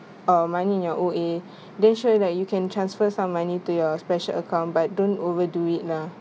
um money in your O_A then sure like you can transfer some money to your special account but don't overdo it lah